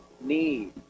need